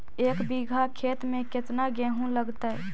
एक बिघा खेत में केतना गेहूं लगतै?